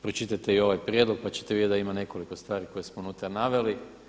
Pročitajte i ovaj prijedlog, pa ćete vidjeti da ima nekoliko stvari koje smo unutra naveli.